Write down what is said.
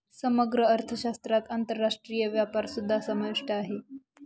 समग्र अर्थशास्त्रात आंतरराष्ट्रीय व्यापारसुद्धा समाविष्ट आहे